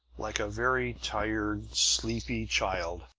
like a very tired, sleepy child,